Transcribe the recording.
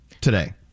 today